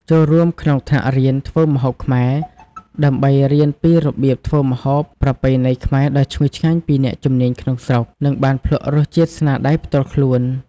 ចូលរួមក្នុងថ្នាក់រៀនធ្វើម្ហូបខ្មែរ ដើម្បីរៀនពីរបៀបធ្វើម្ហូបប្រពៃណីខ្មែរដ៏ឈ្ងុយឆ្ងាញ់ពីអ្នកជំនាញក្នុងស្រុក និងបានភ្លក់រសជាតិស្នាដៃផ្ទាល់ខ្លួន។